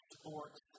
sports